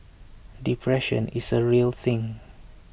depression is a real thing